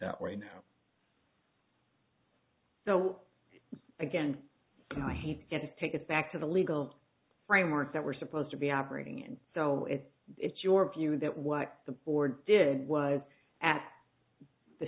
that way now so again i hate to get this take it back to the legal framework that we're supposed to be operating in so if it's your view that what the board did was at the